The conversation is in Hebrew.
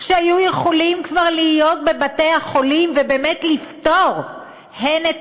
שהיו יכולים כבר להיות בבתי-החולים ובאמת לפתור הן את